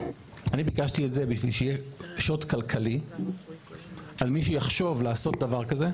אני ביקשתי את זה בשביל שיהיה שוט כלכלי על מי שיחשוב לעשות דבר כזה,